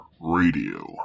Radio